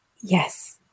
yes